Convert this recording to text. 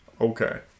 Okay